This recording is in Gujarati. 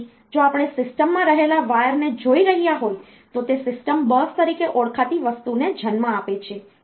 તેથી જો આપણે સિસ્ટમમાં રહેલા વાયરને જોઈ રહ્યા હોય તો તે સિસ્ટમ બસ તરીકે ઓળખાતી વસ્તુને જન્મ આપે છે